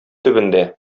төбендә